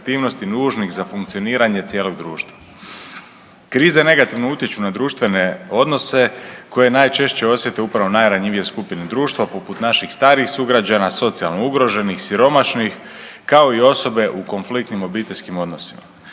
Krize negativno utječu na društvene odnose koje najčešće osjete upravo najranjivije skupine društva poput naših starijih sugrađana, socijalno ugroženih, siromašnih kao i osobe u konfliktnim obiteljskim odnosima.